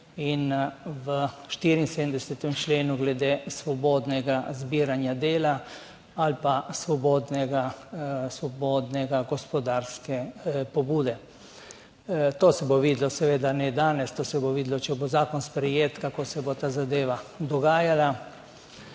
in v 74. členu glede svobodnega zbiranja dela ali pa svobodne gospodarske pobude. To se bo videlo, seveda ne danes, to se bo videlo, če bo zakon sprejet, kako se bo ta zadeva dogajala.